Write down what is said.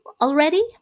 already